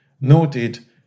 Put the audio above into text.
noted